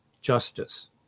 justice